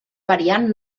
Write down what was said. variant